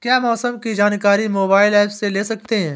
क्या मौसम की जानकारी मोबाइल ऐप से ले सकते हैं?